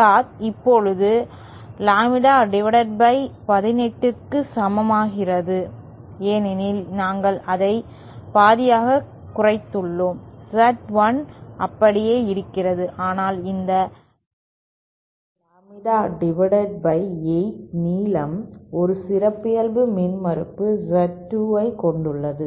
short இப்போது லாம்ப்டா18க்கு சமமாகிறது ஏனெனில் நாங்கள் அதை பாதியாக குறைத்தோம் Z1 அப்படியே இருக்கிறது ஆனால் இது லாம்ப்டா8 நீளம் ஒரு சிறப்பியல்பு மின்மறுப்பு Z2 ஐக் கொண்டுள்ளது